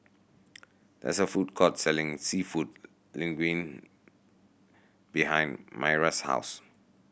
there is a food court selling Seafood Linguine behind Myra's house